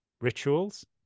rituals